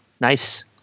nice